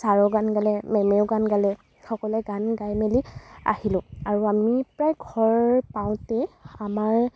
ছাৰেও গান গালে মেমেও গান গালে সকলোৱে গান গাই মেলি আহিলোঁ আৰু আমি প্ৰায় ঘৰ পাওঁতে আমাৰ